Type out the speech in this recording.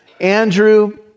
Andrew